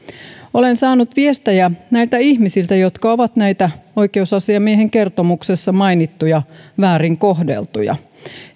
olen saanut viestejä näiltä ihmisiltä jotka ovat näitä oikeusasiamiehen kertomuksessa mainittuja väärin kohdeltuja